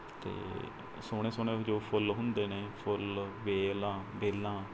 ਅਤੇ ਸੋਹਣੇ ਸੋਹਣੇ ਜੋ ਫੁੱਲ ਹੁੰਦੇ ਨੇ ਫੁੱਲ ਵੇਲ ਆ ਵੇਲਾਂ